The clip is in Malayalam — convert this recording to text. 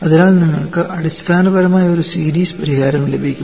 അതിനാൽ നിങ്ങൾക്ക് അടിസ്ഥാനപരമായി ഒരു സീരീസ് പരിഹാരം ലഭിക്കും